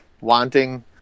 wanting